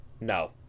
No